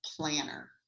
planner